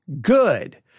good